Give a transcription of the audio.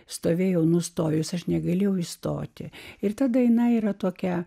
stovėjau nustojus aš negalėjau įstoti ir ta daina yra tokia